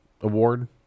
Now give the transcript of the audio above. award